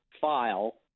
file